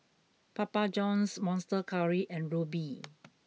Papa Johns Monster Curry and Rubi